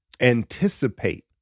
anticipate